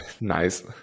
nice